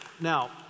Now